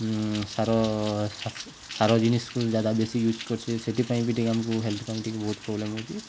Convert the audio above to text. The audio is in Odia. ସାର ସାର ଜିନିକୁ ଜ୍ୟାଦା ବେଶୀ ୟୁଜ କରୁଛେ ସେଥିପାଇଁ ବି ଟିକେ ଆମକୁ ହେଲଥ ପାଇଁ ଟିକେ ବହୁତ ପ୍ରୋବ୍ଲେମ ହଉଛି